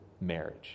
marriage